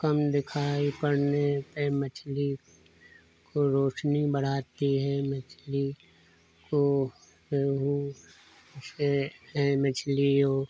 कम दिखाई पड़ने पर मछली को रोशनी बढ़ाती है मछली को रोहू उसे है मछली वह